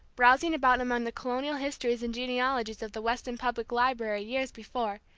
browsing about among the colonial histories and genealogies of the weston public library years before,